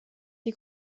die